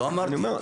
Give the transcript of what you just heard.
לא אמרתי.